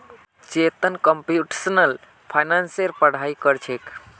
Chetan computational फाइनेंसेर पढ़ाई कर छेक